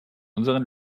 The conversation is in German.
unseren